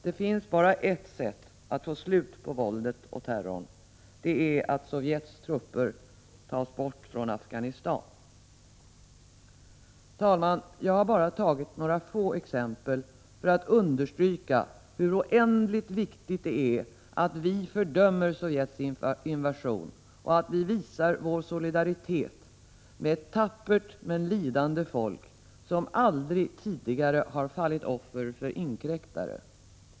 Det finns bara ett sätt att få slut på våldet och terrorn, att Sovjets trupper tas bort från Afghanistan. Herr talman! Jag har bara tagit några få exempel för att understryka hur oändligt viktigt det är att vi fördömer Sovjets invasion och att vi visar vår solidaritet med ett tappert men lidande folk som aldrig tidigare fallit offer för inkräktare.